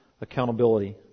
accountability